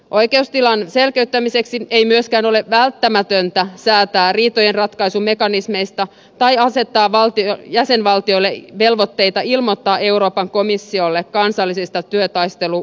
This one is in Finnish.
oikeustilan selkeyttämiseksi ei myöskään ole välttämätöntä säätää riitojenratkaisumekanismeista tai asettaa jäsenvaltioille velvoitteita ilmoittaa euroopan komissiolle kansallisista työtaistelu uhista